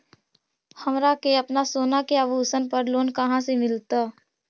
हमरा के अपना सोना के आभूषण पर लोन कहाँ से मिलत?